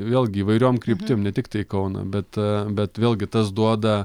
vėlgi įvairiom kryptim ne tiktai į kauną bet bet vėlgi tas duoda